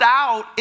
out